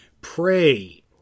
Pray